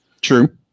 True